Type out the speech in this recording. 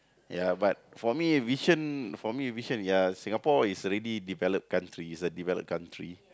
ya but for me vision for me vision ya Singapore is already developed country it's a developed country